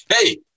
Hey